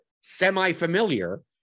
semi-familiar